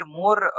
more